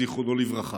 זיכרונו לברכה.